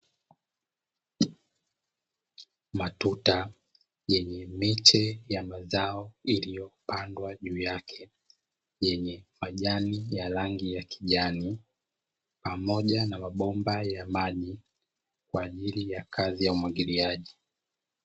Matuta yenye miche ya mazao iliyopandwa juu yake, yenye majani ya rangi ya kijani, pamoja na mabomba ya maji kwa ajili ya kazi ya umwagiliaji.